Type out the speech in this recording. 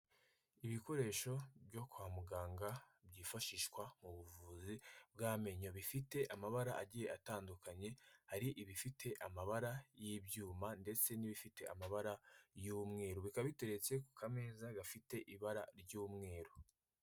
Ibikoresho byo kwa muganga byifashishwa mu buvuzi bw'amenyo, bifite amabara agiye atandukanye hari ibifite amabara y'ibyuma ndetse n'ibifite amabara y'umweru, bikaba biteretse ku kameza gafite ibara ry'umweru.